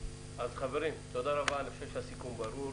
חברים, תודה רבה, הסיכום ברור.